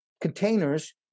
containers